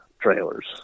trailers